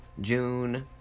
June